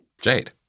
Jade